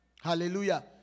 Hallelujah